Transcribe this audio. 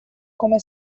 come